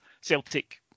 Celtic